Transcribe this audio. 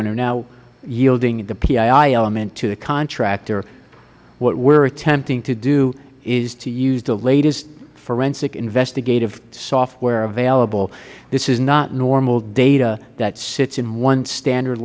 yielding the pii element to the contractor what we are attempting to do is to use the latest forensic investigative software available this is not normal data that sits in one standard